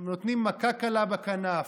נותנים מכה קלה בכנף,